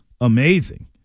amazing